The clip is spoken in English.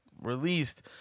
released